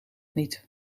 niet